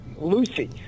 Lucy